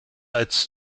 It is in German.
als